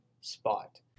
spot